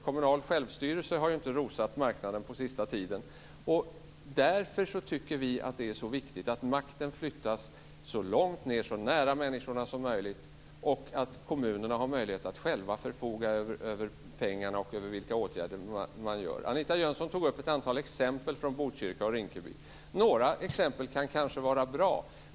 Kommunal självstyrelse har inte rosat marknaden på sista tiden. Därför är det så viktigt att makten flyttas så långt ned och så nära människorna som möjligt. Kommunerna ska själva förfoga över pengarna och de åtgärder som vidtas. Anita Jönsson tog upp ett antal exempel från Botkyrka och Rinkeby. Några exempel kan kanske vara bra.